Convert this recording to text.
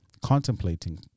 contemplating